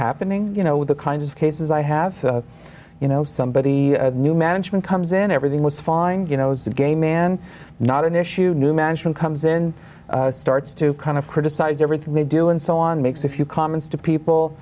happening you know with the kinds of cases i have you know somebody new management comes in everything was fine you know it's a gay man not an issue new management comes in starts to kind of criticize everything they do and so on makes a few comments to